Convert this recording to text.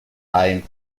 time